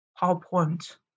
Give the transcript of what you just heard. PowerPoint